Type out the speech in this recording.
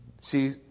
See